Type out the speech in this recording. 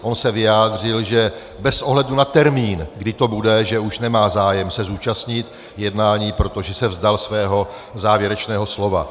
On se vyjádřil, že bez ohledu na termín, kdy to bude, už nemá zájem se zúčastnit jednání, protože se vzdal svého závěrečného slova.